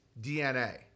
DNA